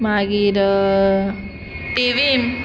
मागीर थिवीम